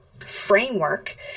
framework